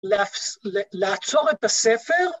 ‫לעצור את הספר.